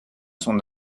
son